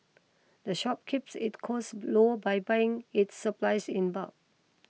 the shop keeps it costs low by buying its supplies in bulk